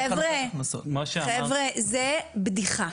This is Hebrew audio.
חבר'ה, זו בדיחה.